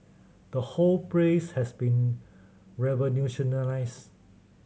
the whole prays has been revolutionised